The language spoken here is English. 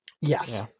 yes